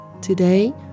Today